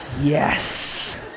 Yes